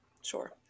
Sure